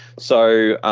so,